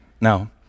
Now